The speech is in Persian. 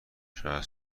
شاید